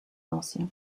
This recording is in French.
l’ancien